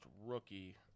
rookie